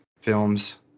films